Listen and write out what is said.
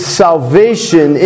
salvation